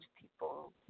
people